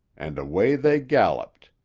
and away they galloped,